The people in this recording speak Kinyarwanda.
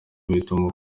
bahitamo